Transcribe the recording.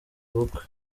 ubukwe